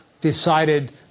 decided